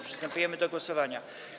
Przystępujemy do głosowania.